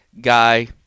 guy